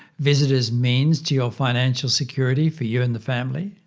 visitors means to your financial security for you and the family?